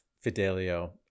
Fidelio